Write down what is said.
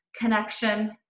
connection